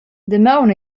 damaun